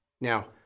Now